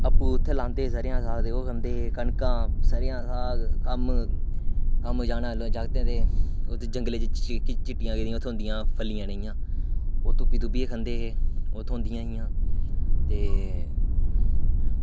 आपूं लांदे हे सरेआं साग ते ओह् लांदे हे सरेआं साग कम्म कम्म जाना जागतें ते इत्त जगलें च चिट्टियां थ्होंदियां हियां फल्लियां जनेहियां ओह् तुप्पी तुप्पियै खंदे हे ओह् थ्होंदियां हियां ओह् खंदे हे ते